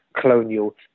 colonial